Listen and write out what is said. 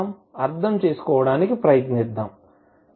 అర్థం చేసుకోవడానికి ప్రయత్నిద్దాం